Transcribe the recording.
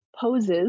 poses